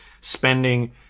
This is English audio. spending